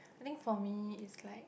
I think for me is like